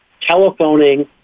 telephoning